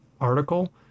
article